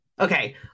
okay